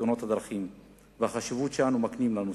בתאונות הדרכים והחשיבות שאנו מקנים לנושא.